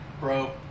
Bro